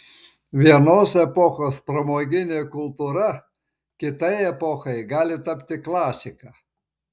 vienos epochos pramoginė kultūra kitai epochai gali tapti klasika